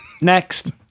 Next